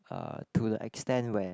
uh to the extent where